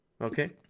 Okay